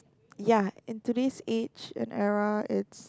ya in today's age and era it's